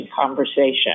conversation